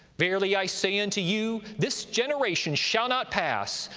verily i say unto you, this generation shall not pass,